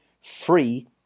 free